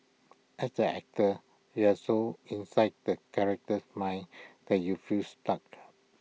as an actor you are so inside the character's mind that you feel stuck